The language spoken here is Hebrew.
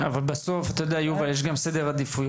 יובל, אבל בסוף זה גם עניין של סדרי עדיפויות.